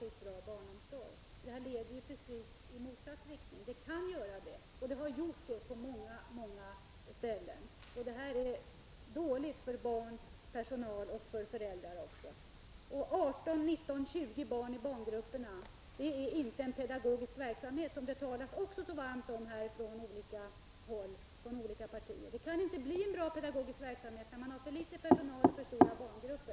Det här systemet kan leda i precis motsatt riktning, och det har gjort det på många ställen. Det är alltså dåligt för barn, personal och föräldrar. Med 18-19-20 barn i grupperna kan det inte bedrivas en pedagogisk verksamhet — som det talas om så varmt från olika partier. Det kan inte bli en bra pedagogisk verksamhet när man har för litet personal och för stora barngrupper